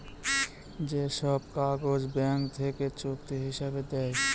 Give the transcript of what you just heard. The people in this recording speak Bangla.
যে সব কাগজ ব্যাঙ্ক থেকে চুক্তি হিসাবে দেয়